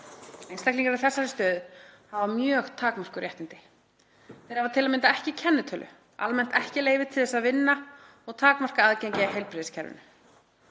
Einstaklingar í þessari stöðu hafa mjög takmörkuð réttindi. Þeir hafa t.a.m. ekki kennitölu, almennt ekki leyfi til að vinna og takmarkað aðgengi að heilbrigðiskerfinu.